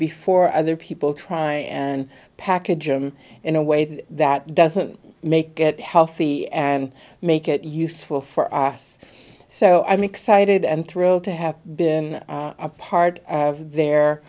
before other people try and package him in a way that doesn't make get healthy and make it useful for us so i'm excited and thrilled to have been a part of their